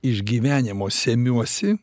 išgyvenimo semiuosi